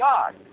God